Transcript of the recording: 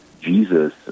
Jesus